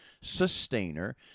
sustainer